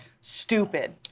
Stupid